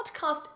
podcast